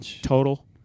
total